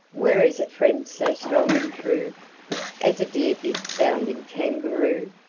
where is a friend so strong and true as a dear big, bounding kangaroo?